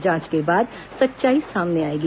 जांच के बाद सच्चाई सामने आएगी